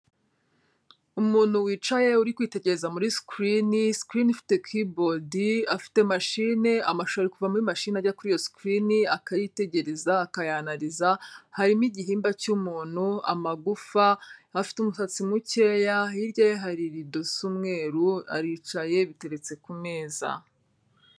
Umuntu wicaye uri kwitegereza muri screen, screen ifike keybord, afite machine, amashusho ari kuva muri mashini ajya kuri iyo screen, akayitegereza akayanariza, harimo igihimba cy'umuntu, amagufa, afite umusatsi mukeya hirya ye hari rido z'umweru, aricaye biteretse ku meza.